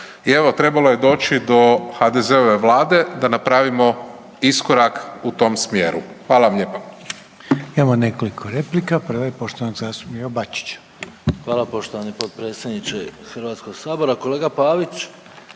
I evo trebalo je doći do HDZ-ove Vlade da napravimo iskorak u tom smjeru. Hvala vam lijepa.